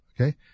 okay